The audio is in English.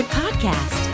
podcast